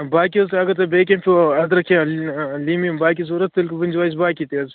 باقٕے حظ اگر تۅہہِ بیٚیہِ کیٚنٛہہ چھُو اَدرکھ یا لیٚمۍ ویٚمۍ باقٕے ضروٗرت تیلہِ گوٚو ؤنۍزیٚو اَسہِ باقٕے تہِ حظ